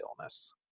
illness